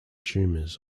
tumors